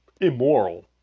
immoral